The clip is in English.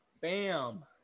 Bam